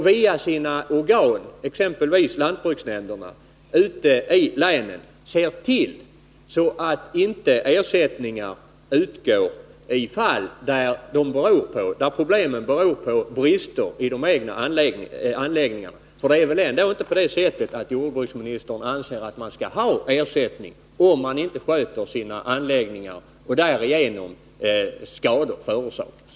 Via sina organ, exempelvis lantbruksnämnderna, har regeringen att se till att inte ersättning utgår i sådana fall där problemen beror på brister i de egna anläggningarna, ty det är väl ändå inte så, att jordbruksministern anser att man skall ha ersättning, om man inte sköter sina anläggningar och därigenom vållar skador.